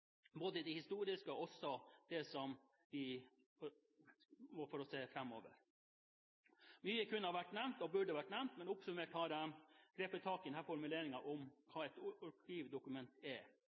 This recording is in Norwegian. det historiske og det vi må ha for å se framover. Mye kunne vært nevnt og burde vært nevnt, men oppsummert har jeg grepet tak i denne formuleringen om hva et arkivdokument er: